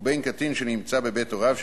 ובין קטין שנמצא בבית הוריו,